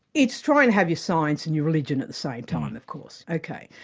it's trying to have your science and your religion at the same time, of course. ok.